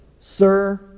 Sir